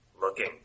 Looking